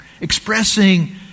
expressing